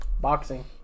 boxing